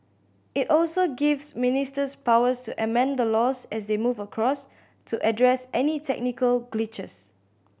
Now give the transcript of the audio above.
it also gives ministers powers to amend the laws as they move across to address any technical glitches